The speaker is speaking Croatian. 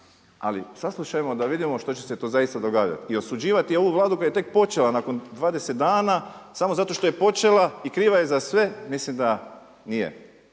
ali saslušajmo da vidimo što će se to zaista događati. I osuđivati ovu Vladu koja je tek počela nakon dvadeset dana samo zato što je počela i kriva je za sve, mislim da nije